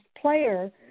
player